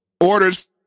orders